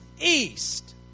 east